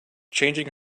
changing